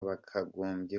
byakagombye